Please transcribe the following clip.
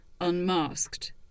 unmasked